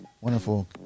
wonderful